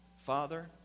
Father